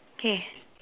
K